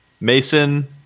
mason